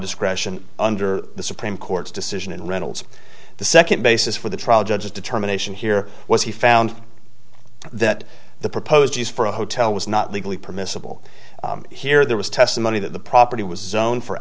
discretion under the supreme court's decision and reynolds the second basis for the trial judge a determination here was he found that the proposed use for a hotel was not legally permissible here there was testimony that the property was zone for